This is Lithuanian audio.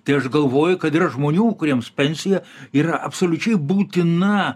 tai aš galvoju kad yra žmonių kuriems pensija yra absoliučiai būtina